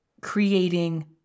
creating